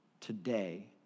today